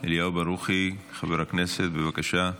אליהו ברוכי, חבר הכנסת, בבקשה.